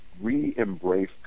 re-embrace